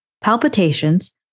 palpitations